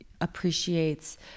appreciates